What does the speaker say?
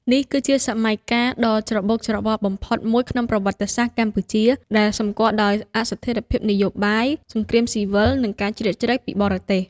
នេះគឺជាសម័យកាលដ៏ច្របូកច្របល់បំផុតមួយក្នុងប្រវត្តិសាស្ត្រកម្ពុជា ដែលសម្គាល់ដោយអស្ថិរភាពនយោបាយ សង្គ្រាមស៊ីវិល និងការជ្រៀតជ្រែកពីបរទេស។